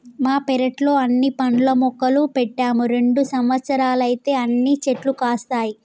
మా పెరట్లో అన్ని పండ్ల మొక్కలు పెట్టాము రెండు సంవత్సరాలైతే అన్ని చెట్లు కాస్తాయి